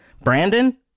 Brandon